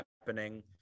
happening